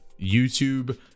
YouTube